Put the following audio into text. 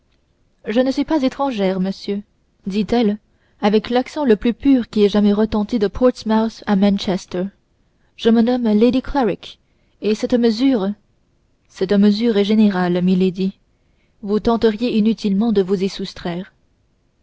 je ne suis pas étrangère monsieur dit-elle avec l'accent le plus pur qui ait jamais retenti de portsmouth à manchester je me nomme lady clarick et cette mesure cette mesure est générale milady et vous tenteriez inutilement de vous y soustraire